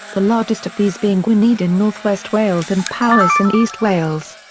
the largest of these being gwynedd in northwest wales and powys in east wales.